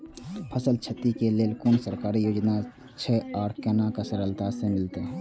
फसल छति के लेल कुन सरकारी योजना छै आर केना सरलता से मिलते?